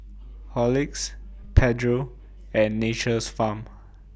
Horlicks Pedro and Nature's Farm